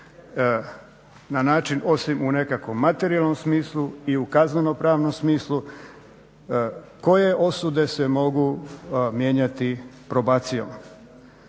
na način osim u nekakvom materijalnom smislu i u kazneno-pravnom smislu koje osude se mogu mijenjati probacijom.